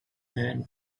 and